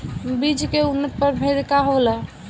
बीज के उन्नत प्रभेद का होला?